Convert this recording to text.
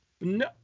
No